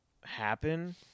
happen